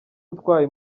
atwaye